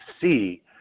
see